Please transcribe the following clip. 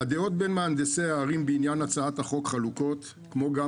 הדעות בין מהנדסי הערים בעניין הצעת החוק חלוקות כמו גם